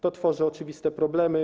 To tworzy oczywiste problemy.